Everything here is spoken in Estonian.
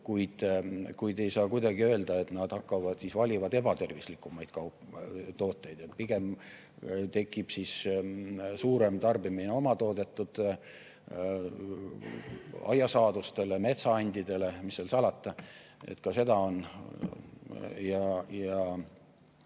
kuid ei saa kuidagi öelda, et nad valivad ebatervislikumaid tooteid. Pigem tekib suurem tarbimine omatoodetud aiasaadustele, metsaandidele – mis seal salata, ka seda on. Ja